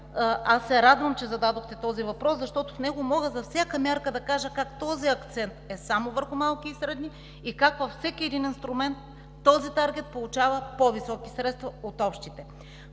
Аз се радвам, че зададохте този въпрос, защото в него мога за всяка мярка да кажа как този акцент е само върху малки и средни, и как във всеки един инструмент този таргет получава по високи средства от общите.